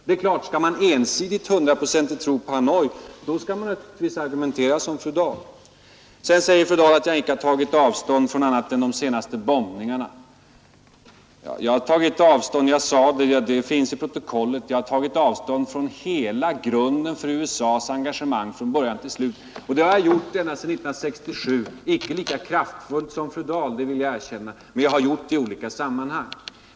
Det är klart att om man ensidigt och hundraprocentigt tror på Hanoi argumenterar man som fru Dahl. Sedan sade fru Dahl att jag inte tagit avstånd från något annat än de senaste bombningarna. Jag har, och det finns belagt i protokollet, från början till slut tagit avstånd från hela grunden för USA:s engagemang, och det har jag gjort ända sedan 1967 — icke lika kraftfullt som fru Dahl, det vill jag erkänna, men jag har gjort det i olika sammanhang.